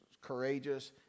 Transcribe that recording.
courageous